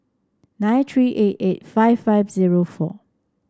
nine three eight eight five five zero four